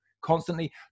constantly